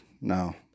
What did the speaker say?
no